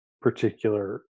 particular